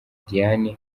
diane